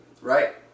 right